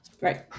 Right